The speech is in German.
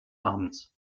abends